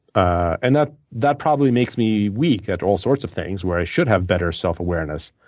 and that that probably makes me weak at all sorts of things where i should have better self awareness.